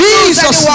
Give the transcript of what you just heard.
Jesus